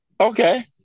Okay